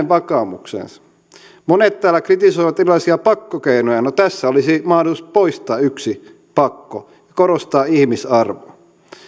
vakaumukseensa monet täällä kritisoivat erilaisia pakkokeinoja no tässä olisi mahdollisuus poistaa yksi pakko korostaa ihmisarvoa